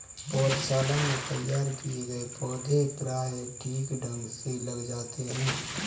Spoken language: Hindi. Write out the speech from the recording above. पौधशाला में तैयार किए गए पौधे प्रायः ठीक ढंग से लग जाते हैं